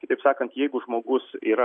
kitaip sakant jeigu žmogus yra